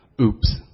Oops